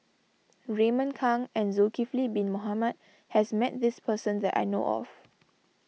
Raymond Kang and Zulkifli Bin Mohamed has met this person that I know of